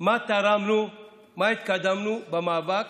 מה תרמנו, מה התקדמנו במאבק